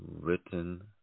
written